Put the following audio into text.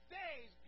days